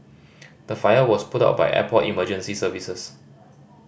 the fire was put out by airport emergency services